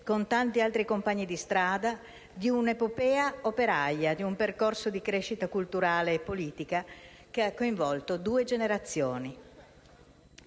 con tanti altri compagni di strada di un'epopea operaia, di un percorso di crescita culturale e politica che ha coinvolto due generazioni.